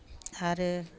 आरो